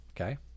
Okay